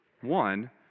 One